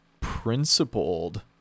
principled